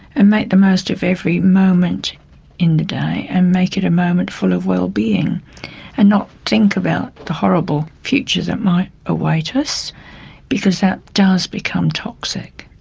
and make the most of every moment in the day and make it a moment full of well-being and not think about the horrible future that might await us because that does become toxic.